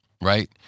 right